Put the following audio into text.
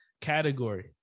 category